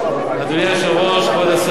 אדוני היושב-ראש, כבוד השר,